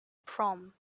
prom